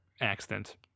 accident